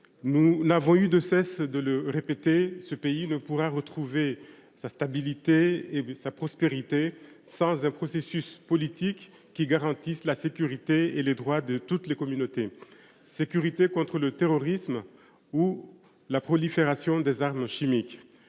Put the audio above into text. Nous n’avons eu de cesse de le répéter, ce pays ne pourra retrouver sa stabilité et sa prospérité sans un processus politique qui garantisse la sécurité et les droits de toutes les communautés. Je pense en particulier à la sécurité contre le terrorisme ou à la prolifération des armes chimiques.